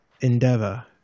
endeavor